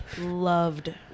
loved